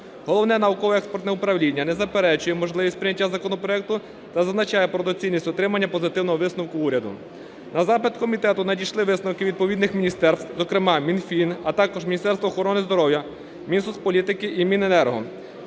Головне науково-експертне управління не заперечує можливість прийняття законопроекту та зазначає про доцільність отримання позитивного висновку уряду. На запит комітету надійшли висновки відповідних міністерств, зокрема Мінфіну, а також Міністерства охорони здоров'я, Мінсоцполітики і Міненерго,